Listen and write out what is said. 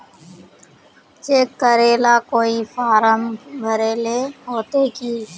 Cheque करेला कोई form भरेले होते की?